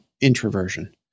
introversion